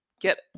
get